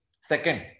Second